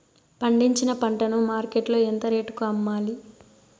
పండించిన పంట ను మార్కెట్ లో ఎంత రేటుకి అమ్మాలి?